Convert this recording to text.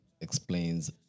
explains